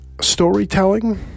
Storytelling